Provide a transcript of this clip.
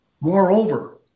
moreover